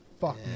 fuck